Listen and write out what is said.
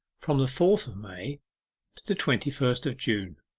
from the fourth of may to the twenty-first of june